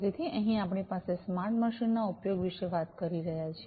તેથી અહીં આપણે સ્માર્ટ મશીનો ના ઉપયોગ વિશે વાત કરી રહ્યા છીએ